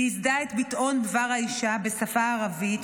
היא יסדה את הביטאון "דבר האישה" בשפה הערבית.